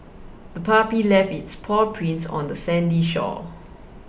the puppy left its paw prints on the sandy shore